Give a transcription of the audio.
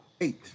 Eight